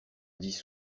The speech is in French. dix